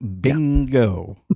Bingo